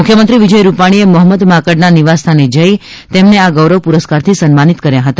મુખ્યમંત્રી વિજય રૂપાણીએ મોહમ્મદ માંકડના નિવાસસ્થાને જઈ તેમને આ ગૌરવ પુરસ્કારથી સન્માનિત કર્યા હતા